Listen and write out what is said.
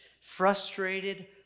frustrated